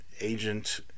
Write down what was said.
agent